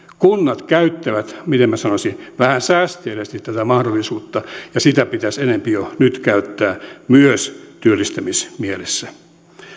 kunnat käyttävät miten minä sanoisin vähän säästeliäästi tätä mahdollisuutta ja sitä pitäisi enempi jo nyt käyttää myös työllistämismielessä